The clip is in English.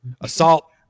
Assault